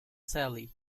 sally